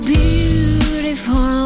beautiful